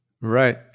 Right